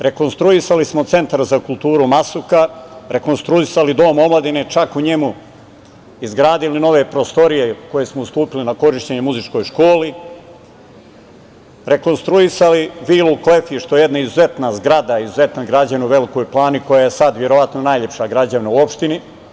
Rekonstruisali smo Centar za kulturu „Masuka“, rekonstruisali Dom omladine, čak u njemu izgradili nove prostorije koje smo ustupili na korišćenje muzičkoj školi, rekonstruisali vilu „Klefiš“, što je jedna izuzetna zgrada, izuzetna građena u Velikoj Plani koja je sad verovatno najlepša građevina u opštini.